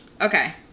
Okay